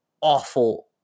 awful